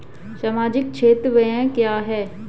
सामाजिक क्षेत्र व्यय क्या है?